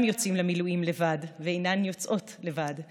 יוצאים למילואים לבד ואינן יוצאות לבד,